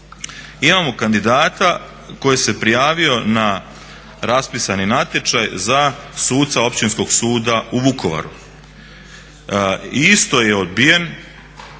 Imamo kandidata koji se prijavio na raspisani natječaj za suca općinskog suda u Vukovaru. I isto je odbijen